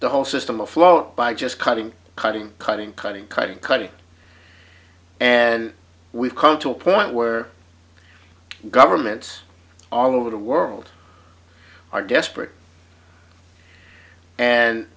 the whole system afloat by just cutting cutting cutting cutting cutting cutting and we've come to a point where governments all over the world are desperate and